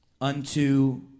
unto